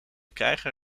krijgen